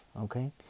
okay